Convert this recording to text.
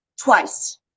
twice